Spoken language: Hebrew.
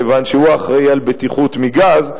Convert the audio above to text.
כיוון שהוא אחראי לבטיחות מגז,